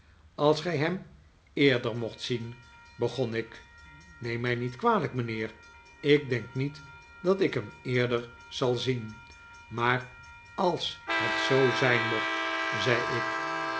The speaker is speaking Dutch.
als gij hem eerder mocht zien begon ik neem mij niet kwalijk mijnheer ik denk niet dat ik hem eerder zal zien maar als het zoo zijn mocht zei ik